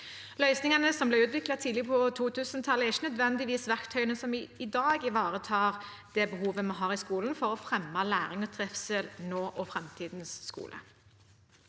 Løsningene som ble utviklet tidlig på 2000-tallet, er ikke nødvendigvis verktøyene som ivaretar det behovet vi har i skolen for å fremme læring og trivsel nå og i framtidens skole.